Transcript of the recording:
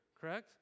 correct